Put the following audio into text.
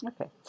Okay